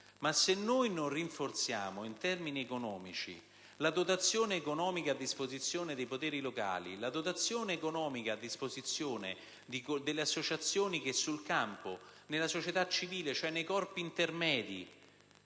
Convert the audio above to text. ma se noi non rinforziamo la dotazione economica a disposizione dei poteri locali, la dotazione economica a disposizione delle associazioni che sul campo, nella società civile, nei corpi intermedi